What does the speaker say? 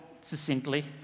succinctly